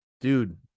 dude